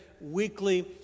weekly